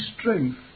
strength